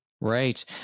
Right